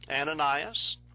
Ananias